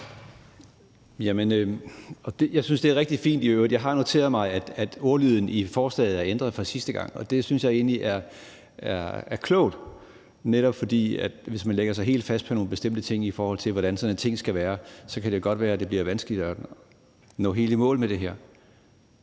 Jeg synes, at det i øvrigt er rigtig fint. Jeg har noteret mig, at ordlyden i forslaget er ændret fra sidste gang, og det synes jeg egentlig er klogt. Hvis man lægger sig helt fast på nogle bestemte ting, i forhold til hvordan sådan et ting skal være, så kan det netop godt være, at det bliver vanskeligere at nå helt i mål med det her.